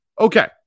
Okay